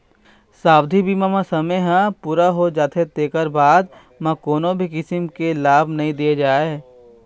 सावधि बीमा म समे ह पूरा हो जाथे तेखर बाद म कोनो भी किसम के लाभ नइ दे जाए